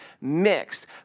mixed